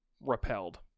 repelled